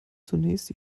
zunächst